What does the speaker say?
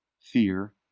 fear